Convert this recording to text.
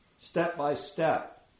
Step-by-step